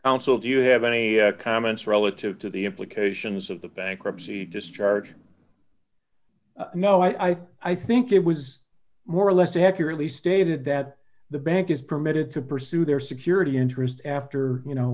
counsel do you have any comments relative to the implications of the bankruptcy discharge no i think i think it was more or less accurately stated that the bank is permitted to pursue their security interest after you know